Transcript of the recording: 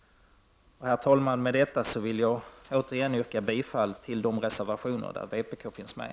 Herr talman! Med detta vill jag återigen yrka bifall till de reservationer där vpk finns med.